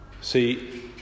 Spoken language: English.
See